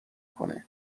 کنه